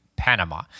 Panama